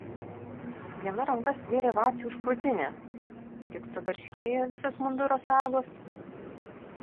viena ranka stvėrė vacį už krūtinės tik subarškėjo visos munduro sagos